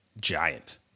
giant